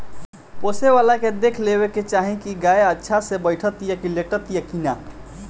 पोसेवला के देखे के चाही की गाय अच्छा से बैठतिया, लेटतिया कि ना